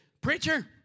Preacher